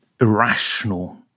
irrational